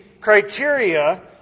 criteria